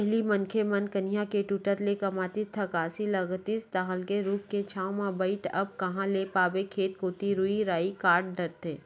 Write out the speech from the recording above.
पहिली मनखे मन कनिहा के टूटत ले कमातिस थकासी लागतिस तहांले रूख के छांव म बइठय अब कांहा ल पाबे खेत कोती रुख राई कांट डरथे